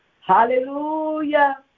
Hallelujah